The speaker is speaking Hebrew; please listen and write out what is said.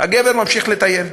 הגבר ממשיך לטייל.